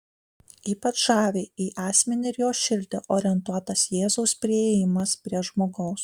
ypač žavi į asmenį ir jo širdį orientuotas jėzaus priėjimas prie žmogaus